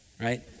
right